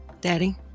Daddy